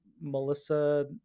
Melissa